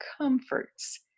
comforts